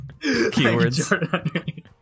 Keywords